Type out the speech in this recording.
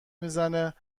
میزنه